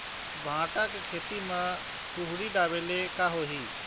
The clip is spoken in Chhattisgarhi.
भांटा के खेती म कुहड़ी ढाबे ले का होही?